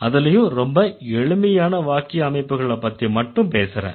அதுலயும் ரொம்ப எளிமையான வாக்கிய அமைப்புகளைப்பத்தி மட்டும் பேசறேன்